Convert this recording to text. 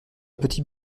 petit